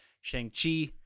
Shang-Chi